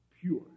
pure